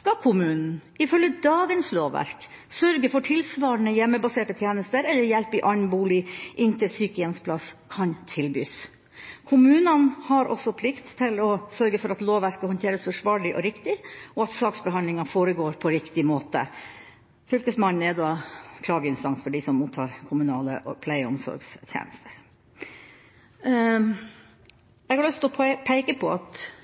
skal kommunen, ifølge dagens lovverk, sørge for tilsvarende hjemmebaserte tjenester eller hjelp i annen bolig inntil sykehjemsplass kan tilbys. Kommunene har også plikt til å sørge for at lovverket håndteres forsvarlig og riktig, og at saksbehandlingen foregår på riktig måte. Fylkesmannen er da klageinstans for dem som mottar kommunale pleie- og omsorgstjenester. Jeg har lyst til å peke på at